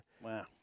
Wow